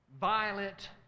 violent